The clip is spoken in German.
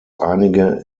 einige